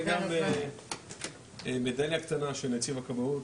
וגם מדליה קטנה של נציב הכבאות.